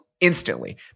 instantly